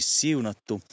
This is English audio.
siunattu